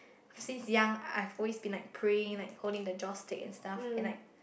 since young I've always been like praying like holding the joss stick and stuff and like